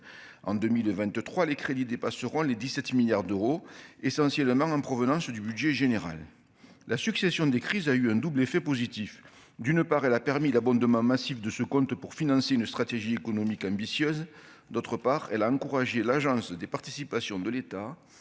en 2023 les crédits dépasseront les 17 milliards d'euros, essentiellement en provenance du budget général, la succession des crises, a eu un double effet positif d'une part, elle a permis l'abondement massif de ce compte pour financer une stratégie économique ambitieuse, d'autre part, elle a encouragé l'Agence des participations de l'État à